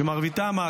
שמרביתם,